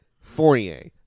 Fournier